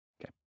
Okay